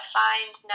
find